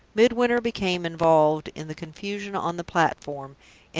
midwinter became involved in the confusion on the platform,